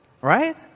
Right